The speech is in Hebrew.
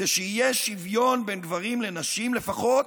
זה שיהיה שוויון בין גברים לנשים לפחות